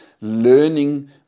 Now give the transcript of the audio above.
learning